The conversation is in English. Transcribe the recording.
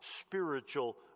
spiritual